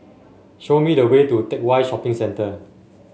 show me the way to Teck Whye Shopping Centre